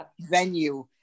venue